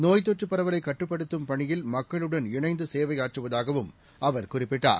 நோய்த்தொற்றுபரவலைகட்டுப்படுத்தும்பணியில்மக்களுடன்இணைந்துசேவைஆற்றுவ தாகவும்அவர்குறிப்பிட்டார்